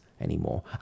anymore